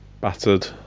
battered